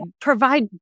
provide